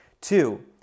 Two